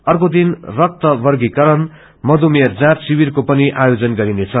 अर्कोदिन रक्त वर्गीकरण मधुमेह जाँच शिविरको पनि आयोजन गरिनेछ